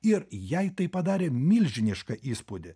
ir jai tai padarė milžinišką įspūdį